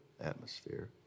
atmosphere